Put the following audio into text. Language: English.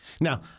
Now